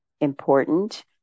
important